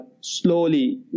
slowly